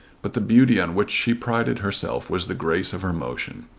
but the beauty on which she prided herself was the grace of her motion.